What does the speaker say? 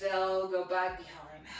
so go back behind.